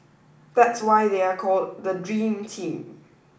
that's why they are called the dream team